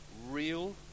real